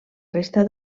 resta